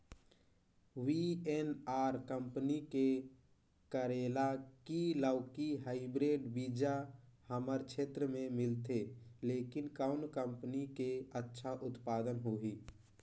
VNR company के करेला की लौकी हाईब्रिड बीजा हमर क्षेत्र मे मिलथे, लेकिन कौन कंपनी के अच्छा उत्पादन होही?